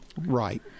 Right